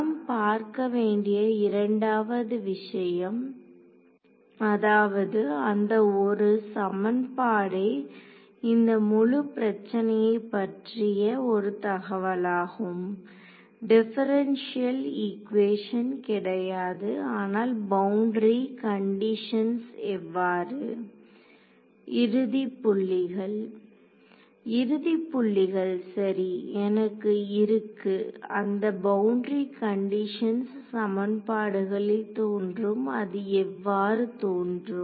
நாம் பார்க்கவேண்டிய இரண்டாம் விஷயம் அதாவது அந்த ஒரு சமன்பாடே இந்த முழு பிரச்சனையை பற்றிய ஒரு தகவலாகும் டிப்பரண்ஷியல் ஈக்குவேசன் கிடையாது ஆனால் பவுண்டரி கண்டிஷன்ஸ் எவ்வாறு மாணவர் இறுதி புள்ளிகள் இறுதி புள்ளிகள் சரி எனக்கு இருக்கு அந்த பவுண்டரி கண்டிஷன்ஸ் சமன்பாடுகளில் தோன்றும் அது எவ்வாறு தோன்றும்